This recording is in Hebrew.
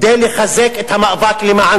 כדי לחזק את המאבק למען